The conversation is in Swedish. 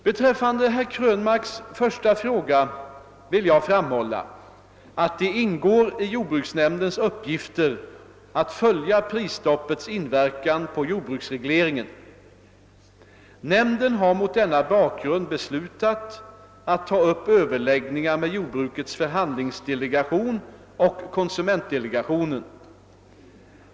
Beträffande herr Krönmarks första fråga vill jag framhålla att det ingår i jordbruksnämndens uppgifter att följa prisstoppets inverkan på jordbruksregleringen. Nämnden har mot denna bakgrund beslutat att ta upp överläggningar med jordbrukets förhandlingsdelegation och konsumentdelegationen.